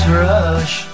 rush